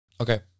Okay